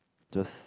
just